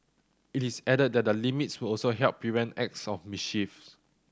it is added that the limits would also help prevent acts of mischiefs